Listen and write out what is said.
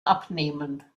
abnehmen